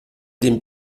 den